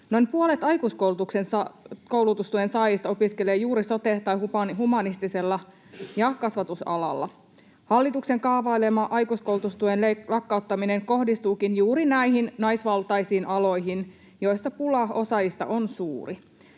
Noin puolet aikuiskoulutustuen saajista opiskelee juuri sote‑ tai humanistisella ja kasvatusalalla. Hallituksen kaavailema aikuiskoulutustuen lakkauttaminen kohdistuukin juuri näihin naisvaltaisiin aloihin, joilla pula osaajista on suuri.